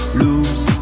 lose